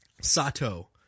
Sato